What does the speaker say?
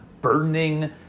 burdening